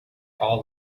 all